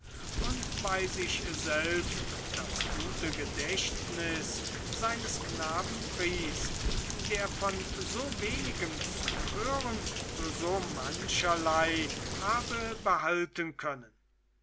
und bei sich selbst das gute gedächtnis seines knaben pries der von so wenigem zuhören so mancherlei habe behalten können